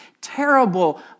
terrible